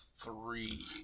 three